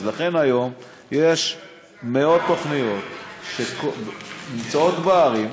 לכן היום יש מאות תוכניות שנמצאות בערים,